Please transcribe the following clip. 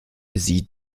sie